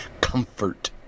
comfort